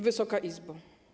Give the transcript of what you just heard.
Wysoka Izbo!